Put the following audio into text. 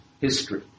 history